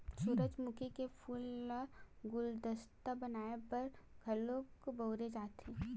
सूरजमुखी के फूल ल गुलदस्ता बनाय बर घलो बउरे जाथे